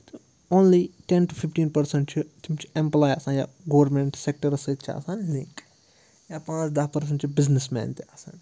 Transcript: تہٕ only ten to fifteen percent چھِ تِم چھِ اٮ۪مپٕلاے آسان یا گورمٮ۪نٛٹ سٮ۪کٹَرَس سۭتۍ چھِ آسان لِنٛک یا پانٛژھ دَہ پٔرسنٛٹ چھِ بِزنِس مین تہِ آسان